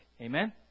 Amen